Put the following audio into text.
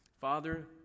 Father